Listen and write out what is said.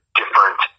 different